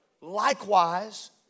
likewise